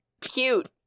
Cute